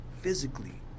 Physically